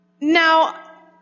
Now